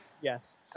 Yes